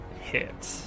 hit